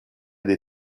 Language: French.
des